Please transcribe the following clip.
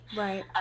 right